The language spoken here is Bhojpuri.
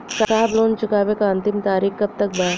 साहब लोन चुकावे क अंतिम तारीख कब तक बा?